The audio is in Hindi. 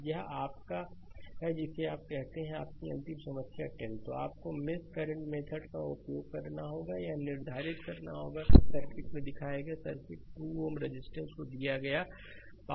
स्लाइड समय देखें 2403 तो यह आपका है जिसे आप कहते हैं कि आपकी अंतिम समस्या 10 आपको मेश करंट मेथड का उपयोग करना होगा आपको यह निर्धारित करना होगा कि सर्किट में दिखाए गए सर्किट में 2 Ω रेजिस्टेंस को दिया गया पावर फिगर में दिखाया गया है